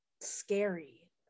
scary